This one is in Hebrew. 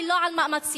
ולא על מאמצים.